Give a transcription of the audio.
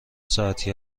ساعتی